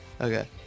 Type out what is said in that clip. Okay